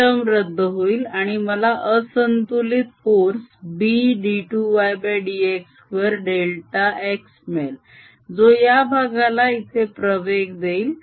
ही term रद्द होईल आणि मला असंतुलित force B d2ydx2 delta x मिळेल जो या भागाला इथे प्रवेग देईल